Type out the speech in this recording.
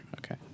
Okay